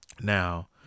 now